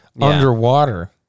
underwater